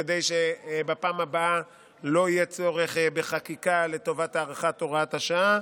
כדי שבפעם הבאה לא יהיה צורך בחקיקה לטובת הארכת הוראת השעה.